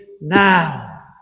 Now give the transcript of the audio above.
now